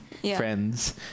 friends